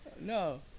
No